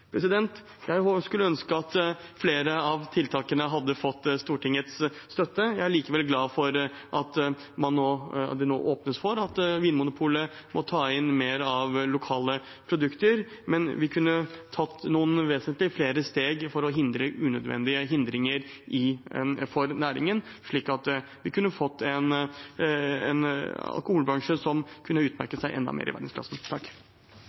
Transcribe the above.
Jeg skulle ønske at flere av tiltakene hadde fått Stortingets støtte. Jeg er likevel glad for at det nå åpnes for at Vinmonopolet må ta inn mer av lokale produkter, men vi kunne tatt vesentlig flere steg for å hindre unødvendige hindringer for næringen, slik at vi kunne fått en alkoholbransje som kunne utmerket seg enda mer i